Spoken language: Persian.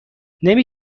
نمی